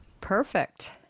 Perfect